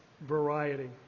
variety